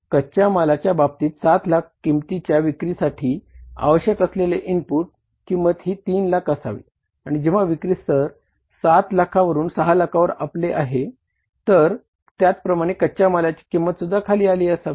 कच्च्या मालाच्या बाबतीत 7 लाख किमतीच्या विक्रीसाठी आवश्यक असलेले इनपुट किंमत ही 3 लाख असावी आणि जेंव्हा विक्री स्तर 7 लाखावरून 6 लाखावर आले आहे तर त्याप्रमाणे कच्या मालाची किंमतसुद्धा खाली आली असावी